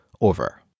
over